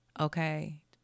okay